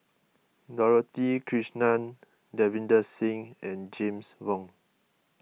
Dorothy Krishnan Davinder Singh and James Wong